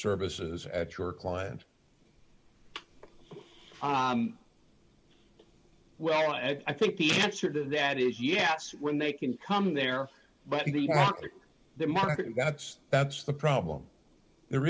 services at your client well i think the answer to that is yes when they can come there but their market and that's that's the problem there